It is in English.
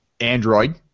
Android